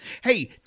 Hey